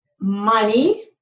money